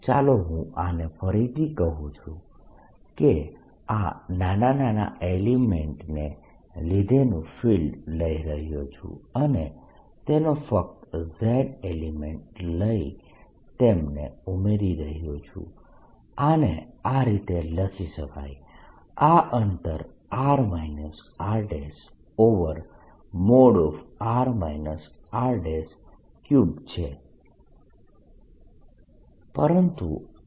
ચાલો હું આને ફરીથી કહું છું કે આ નાના એલિમેન્ટ્સને લીધેનું ફિલ્ડ લઈ રહ્યો છું અને તેનો ફક્ત z એલિમેન્ટ લઇ તેમને ઉમેરી રહ્યો છું આને આ રીતે લખી શકાય આ અંતર r rr r3 છે